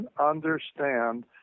understand